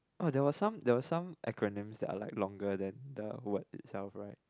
oh there was some there was some acronym that are like longer then the words itself right